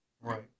Right